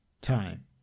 time